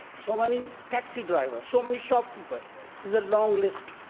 so many taxi drivers, so many shopkeepers there's a long list,